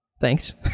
Thanks